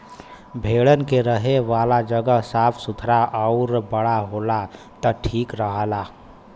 भेड़न के रहे वाला जगह साफ़ सुथरा आउर बड़ा होला त ठीक रहला